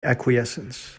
acquiescence